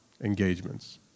engagements